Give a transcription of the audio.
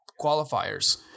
qualifiers